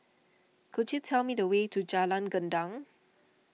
could you tell me the way to Jalan Gendang